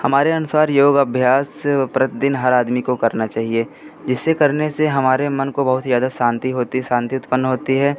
हमारे अनुसार योग अभ्यास प्रतिदिन हर आदमी को करना चाहिए इसे करने से हमारे मन को बहुत ही ज़्यादा शांति होती है शांति उत्पन्न होती है